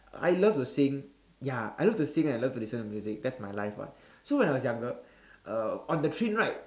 I loved to sing ya I loved to sing and I loved to listen to music that's my life [what] so when I was younger uh on the train right